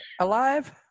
alive